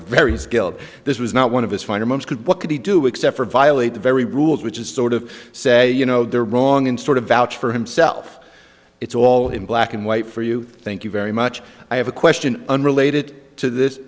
very skilled this was not one of his finer most could what could he do except for violate the very rules which is sort of say you know they're wrong in sort of vouch for himself it's all in black and white for you thank you very much i have a question unrelated to this